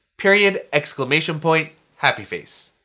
period. exclamation point. happy face.